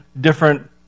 different